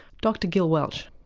dr gil welch.